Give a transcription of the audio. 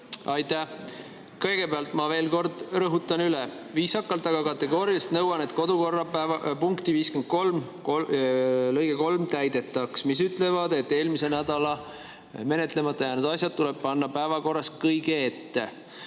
Aitäh! Kõigepealt ma veel kord rõhutan üle: viisakalt, aga kategooriliselt nõuan, et täidetaks kodukorra [§] 53 lõiget 3, mis ütleb, et eelmise nädala menetlemata jäänud asjad tuleb panna päevakorras kõige ette.